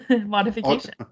modification